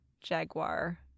Jaguar